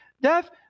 death